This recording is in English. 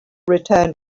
return